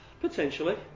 Potentially